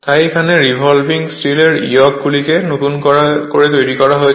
তাই এখানে রিভলভিং স্টিলের ইয়ক গুলিকে নতুন করে তৈরি করা হয়েছে